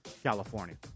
California